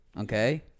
Okay